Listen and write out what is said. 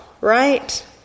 right